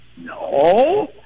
No